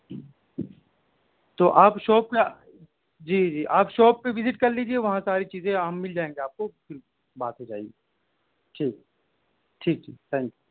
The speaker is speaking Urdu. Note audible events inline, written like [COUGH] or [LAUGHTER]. تو آپ شاپ پہ جی جی آپ شاپ پہ وزٹ کر لیجیے وہاں ساری چیزیں ہم مل جائیں گے آپ کو [UNINTELLIGIBLE] بات ہو جائے گی ٹھیک ٹھیک ٹھیک تھینک یو